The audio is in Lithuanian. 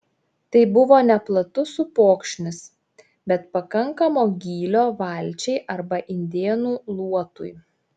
tai buvo neplatus upokšnis bet pakankamo gylio valčiai arba indėnų luotui